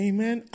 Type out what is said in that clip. Amen